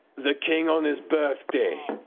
the king on his birthday?